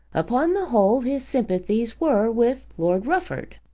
upon the whole his sympathies were with lord rufford.